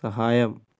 സഹായം